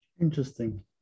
Interesting